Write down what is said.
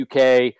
UK